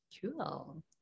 cool